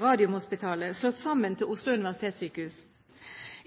Radiumhospitalet, slått sammen til Oslo universitetssykehus.